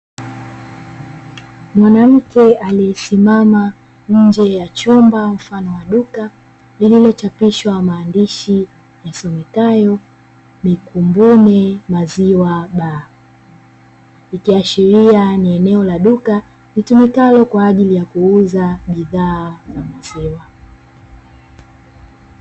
Mwanamke aliyesimama nje ya chumba mfano wa duka lililochapishwa maandishi yasomekayo"Mikumbune maziwa bar", ikiashiria ni eneo la duka litumikalo kwa ajili ya kuuza bidhaa za maziwa.